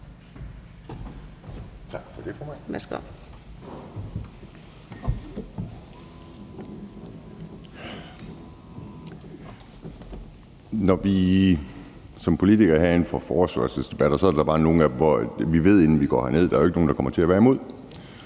Tak for det, og tak